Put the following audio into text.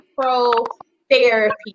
pro-therapy